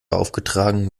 aufgetragen